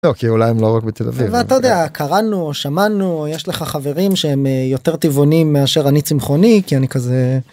לא, כי אולי הם לא רק בתל אביב. אבל אתה יודע, קראנו, שמענו, יש לך חברים שהם יותר טבעונים מאשר אני צמחוני כי אני כזה